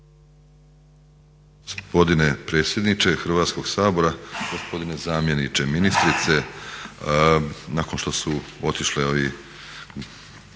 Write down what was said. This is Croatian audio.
Gospodine predsjedniče Hrvatskog sabora, gospodine zamjeniče ministrice. Nakon što su otišli ovi